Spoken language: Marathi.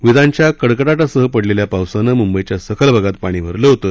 विजांच्या कडकडाटासह पडलेल्या पावसानं मुंबईच्या सखल भागात पाणी भरलं होतं